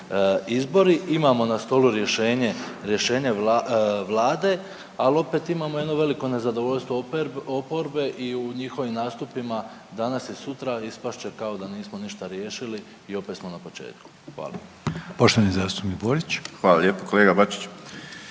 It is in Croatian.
izbori. Imamo na stolu rješenje Vlade, ali opet imamo jedno veliko nezadovoljstvo oporbe i u njihovim nastupima danas i sutra ispast će kao da nismo ništa riješili i opet smo na početku. Hvala. **Reiner, Željko (HDZ)**